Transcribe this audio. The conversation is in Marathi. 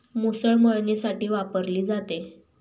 मुसळ मळणीसाठी वापरली जाते